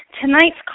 Tonight's